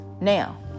Now